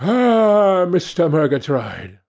ah, mr. murgatroyd!